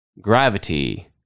Gravity